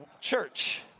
Church